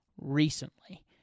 recently